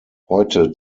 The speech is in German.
heute